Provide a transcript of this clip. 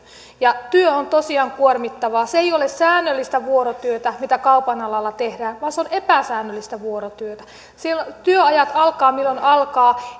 ja työ on tosiaan kuormittavaa se ei ole säännöllistä vuorotyötä mitä kaupan alalla tehdään vaan se on epäsäännöllistä vuorotyötä siellä työajat alkavat milloin alkavat